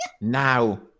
Now